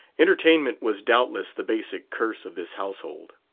entertainment was doubtless the basic curse of this household.